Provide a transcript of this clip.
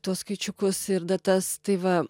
tuos skaičiukus ir datas tai va